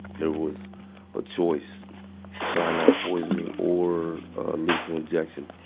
there was a choice cyanide poisoning or lethal injection.